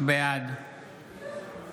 בעד